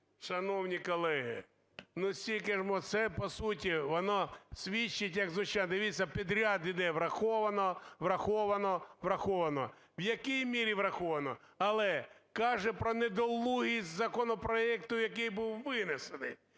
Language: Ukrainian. Шановні колеги, ну, скільки ж… Це, по суті, воно свідчить як… Дивіться, підряд іде: враховано, враховано, враховано. В якій мірі враховано? Але каже про недолугість законопроекту, який був винесений.